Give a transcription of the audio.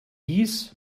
dies